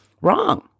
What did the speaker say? Wrong